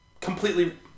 completely